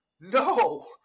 no